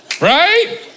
Right